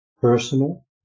personal